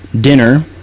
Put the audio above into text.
dinner